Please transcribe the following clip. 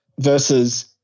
Versus